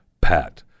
PAT